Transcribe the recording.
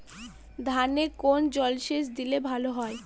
ধানে কোন জলসেচ দিলে ভাল হয়?